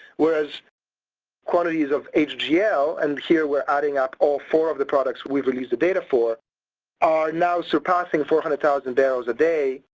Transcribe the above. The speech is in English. whereas quantities of hgl, and here we're adding up all four of the products we've released the data for are now surpassing four hundred thousand barrels a day,